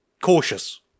cautious